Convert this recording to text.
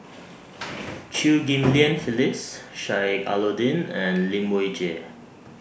Chew Ghim Lian Phyllis Sheik Alau'ddin and Lai Weijie